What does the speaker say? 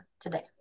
today